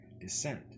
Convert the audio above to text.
descent